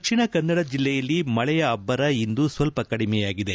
ದಕ್ಷಿಣ ಕನ್ನಡ ಜಿಲ್ಲೆಯಲ್ಲಿ ಮಳೆಯ ಅಬ್ಬರ ಇಂದು ಸ್ವಲ್ಪ ಕಡಿಮೆಯಾಗಿದೆ